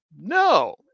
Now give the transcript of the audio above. No